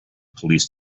police